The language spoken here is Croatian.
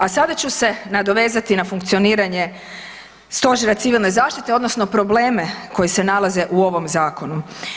A sada ću se nadovezati na funkcioniranje Stožera civilne zaštite, odnosno probleme koji se nalaze u ovom Zakonu.